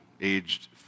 aged